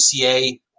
UCA